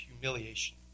humiliation